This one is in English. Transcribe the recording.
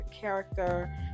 character